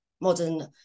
modern